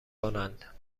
کنند